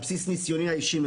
על בסיס ניסיוני האישי,